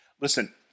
Listen